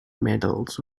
medals